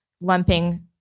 lumping